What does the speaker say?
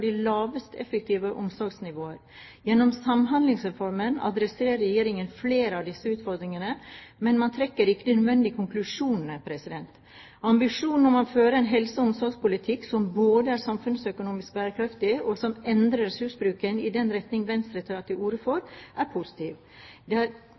de lavest effektive omsorgsnivåene. Gjennom Samhandlingsreformen adresserer Regjeringen flere av disse utfordringene, men man trekker ikke de nødvendige konklusjonene. Ambisjonen om å føre en helse- og omsorgspolitikk som både er samfunnsøkonomisk bærekraftig, og som endrer ressursbruken i den retning Venstre tar til orde for, er positiv. Det